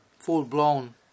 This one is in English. full-blown